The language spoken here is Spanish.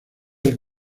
del